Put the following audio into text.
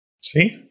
See